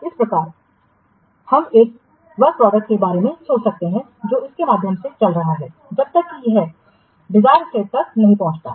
इस प्रकार हम एक कार्य उत्पाद के बारे में सोच सकते हैं जो इसके माध्यम से चल रहा है जब तक कि यह डिजायर स्टेट तक नहीं पहुंचता है